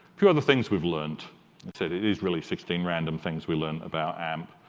few other things we've learned it is really sixteen random things we learned about amp